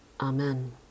Amen